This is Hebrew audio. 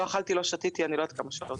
לא אכלתי ולא שתיתי אני לא יודעת כמה שעות,